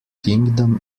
kingdom